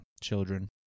children